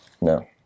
no